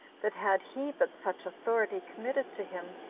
that had he but such authority committed to him,